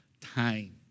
time